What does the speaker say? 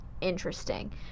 interesting